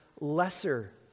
lesser